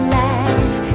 life